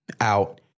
out